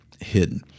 hidden